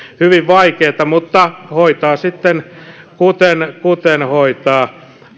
hyvin vaikeata mutta hoitaa sitten kuten hoitaa